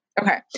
Okay